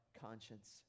conscience